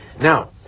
Now